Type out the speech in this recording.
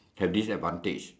have this advantage